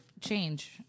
change